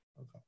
Okay